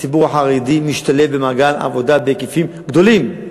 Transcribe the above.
הציבור החרדי משתלב במעגל העבודה בהיקפים גדולים.